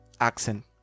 accent